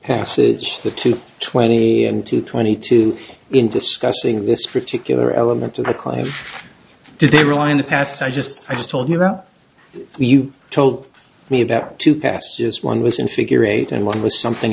passage the two twenty two twenty two in discussing this particular element to the claim they rely on the past i just i just told you about you told me about to pass just one wish in figure eight and one was something